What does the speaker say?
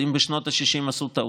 אם בשנות השישים עשו טעות,